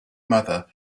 mother